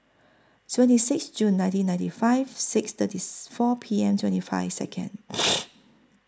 seventy six Jun nineteen ninety five six thirtieth four P M twenty five Second